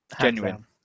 Genuine